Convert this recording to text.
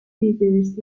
figures